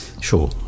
Sure